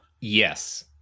yes